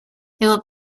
will